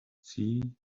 see